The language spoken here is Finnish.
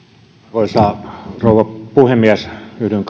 arvoisa rouva puhemies yhdyn